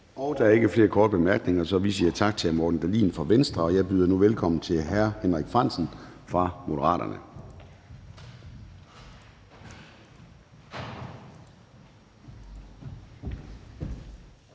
Der er ikke flere korte bemærkninger, så vi siger tak til hr. Morten Dahlin fra Venstre. Jeg byder nu velkommen til hr. Henrik Frandsen fra Moderaterne.